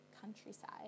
countryside